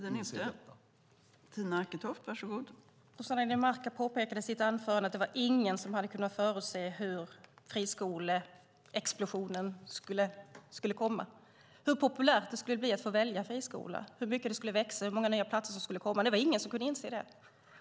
Fru talman! Rosanna Dinamarca påpekade i sitt anförande att ingen hade kunnat förutse friskolexplosionen, hur populärt det skulle bli att få välja friskola, hur mycket det skulle växa, hur många nya platser som skulle komma. Det var ingen som kunde förutse det.